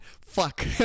fuck